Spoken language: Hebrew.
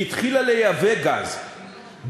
היא התחילה לייבא גז,